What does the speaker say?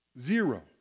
Zero